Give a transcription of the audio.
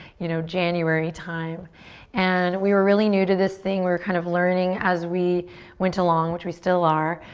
you know, january time and we were really new to this thing. we were kind of learning as we went along. which we still are.